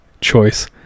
choice